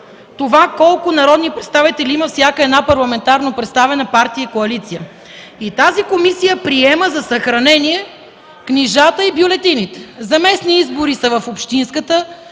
това, колко народни представители има всяка парламентарно представена партия и коалиция. Тази комисия приема за съхранение книжата и бюлетините. За местни избори са в общинската